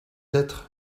être